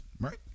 right